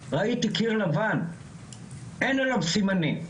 ראיתי קיר לבן, אין עליו סימנים,